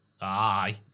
Aye